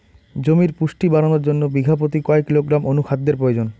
জমির পুষ্টি বাড়ানোর জন্য বিঘা প্রতি কয় কিলোগ্রাম অণু খাদ্যের প্রয়োজন?